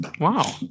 Wow